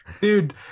Dude